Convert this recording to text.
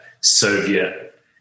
Soviet